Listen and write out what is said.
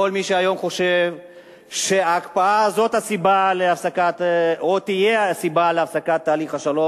כל מי שהיום חושב שההקפאה זו הסיבה או תהיה הסיבה להפסקת תהליך השלום,